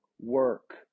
work